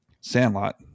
Sandlot